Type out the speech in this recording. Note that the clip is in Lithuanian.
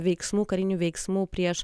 veiksmų karinių veiksmų prieš